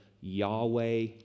Yahweh